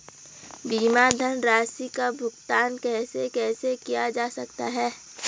बीमा धनराशि का भुगतान कैसे कैसे किया जा सकता है?